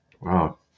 Wow